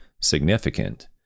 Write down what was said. significant